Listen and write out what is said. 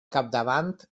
capdavant